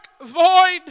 void